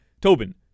Tobin